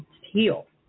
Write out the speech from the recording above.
heal